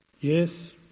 Yes